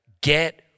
get